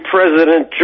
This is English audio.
President